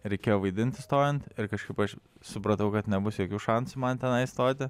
reikėjo vaidinti stojant ir kažkaip aš supratau kad nebus jokių šansų man tenai įstoti